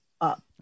up